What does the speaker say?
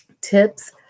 tips